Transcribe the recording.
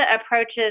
approaches